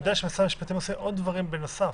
יודע שמשרד המשפטים עושה עוד דברים בנוסף.